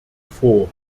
vor